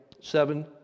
seven